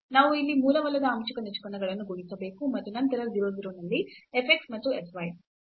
ನಾವು ಇಲ್ಲಿ ಮೂಲವಲ್ಲದ ಆಂಶಿಕ ನಿಷ್ಪನ್ನಗಳನ್ನು ಗುಣಿಸಬೇಕು ಮತ್ತು ನಂತರ 0 0 ನಲ್ಲಿ f x ಮತ್ತು f y